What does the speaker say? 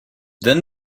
then